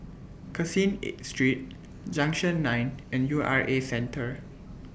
Caseen eight Street Junction nine and U R A Centre